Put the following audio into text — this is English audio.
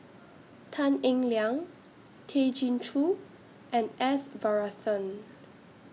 Tan Eng Liang Tay Chin Joo and S Varathan